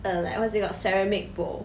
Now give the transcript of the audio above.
err like what is it called ceramic bowl